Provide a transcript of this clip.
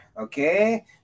okay